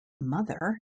mother